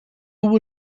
would